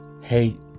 hate